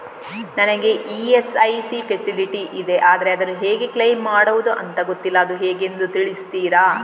ನನಗೆ ESIC facility ಇದೆ ಆದ್ರೆ ಅದನ್ನು ಹೇಗೆ ಕ್ಲೇಮ್ ಮಾಡೋದು ಅಂತ ಗೊತ್ತಿಲ್ಲ ಅದು ಹೇಗೆಂದು ತಿಳಿಸ್ತೀರಾ?